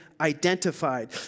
identified